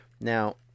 Now